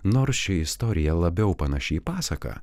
nors ši istorija labiau panaši į pasaką